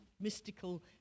mystical